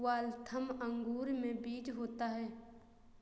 Waltham अंगूर में बीज होता है